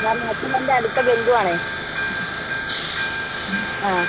ഞാൻ മാക്കമൻറെ അടുത്ത ബന്ധുവാണേ ആ